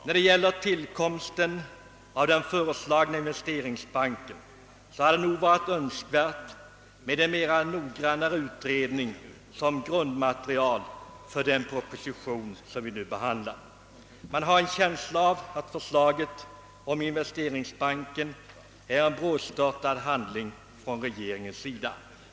När det gäller tillkomsten av den föreslagna investeringsbanken hade det nog varit önskvärt med en mera noggrann utredning som grundmaterial för propositionen. Man har en känsla av att framläggandet av förslaget om denna investeringsbank är en brådstörtad handling från regeringens sida.